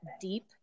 deep